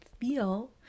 feel